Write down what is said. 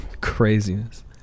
craziness